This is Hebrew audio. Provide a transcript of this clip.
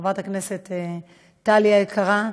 חברת הכנסת טלי היקרה,